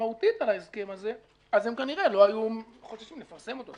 משמעותית על ההסכם הזה אז הם כנראה לא היו חוששים לפרסם אותו.